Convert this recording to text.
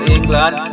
England